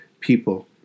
people